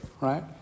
right